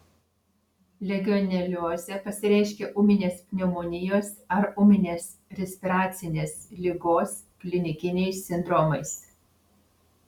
legioneliozė pasireiškia ūminės pneumonijos ar ūminės respiracinės ligos klinikiniais sindromais